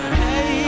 hey